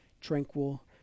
tranquil